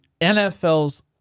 NFL's